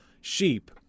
sheep